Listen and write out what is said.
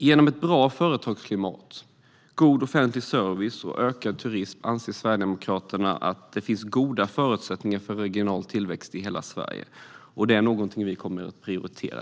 Genom ett bra företagsklimat, god offentlig service och ökad turism anser Sverigedemokraterna att det finns goda förutsättningar för regional tillväxt i hela Sverige. Det är något vi kommer att prioritera.